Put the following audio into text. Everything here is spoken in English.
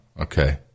Okay